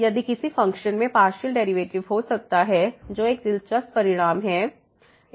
इसलिए यदि किसी फ़ंक्शन में पार्शियल डेरिवेटिव हो सकता है जो एक दिलचस्प परिणाम है